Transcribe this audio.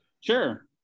sure